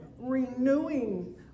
renewing